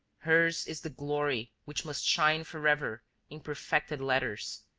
hers is the glory which must shine forever in perfected letters,